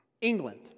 England